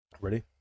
ready